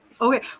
Okay